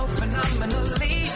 phenomenally